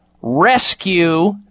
Rescue